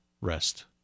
rest